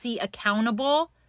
accountable